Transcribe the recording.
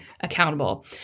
accountable